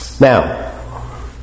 now